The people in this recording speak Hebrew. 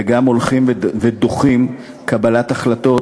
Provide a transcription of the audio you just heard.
וגם הולכים ודוחים קבלת החלטות